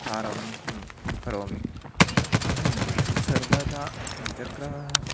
प्रारम्भं करोमि अहं सर्वदा द्विचक्रं वा